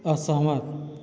असहमत